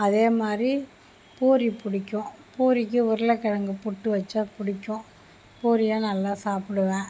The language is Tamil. அதே மாதிரி பூரி பிடிக்கும் பூரிக்கு உருளைக்கிழங்கு புட்டு வச்சால் பிடிக்கும் பூரியை நல்லா சாப்பிடுவேன்